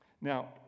Now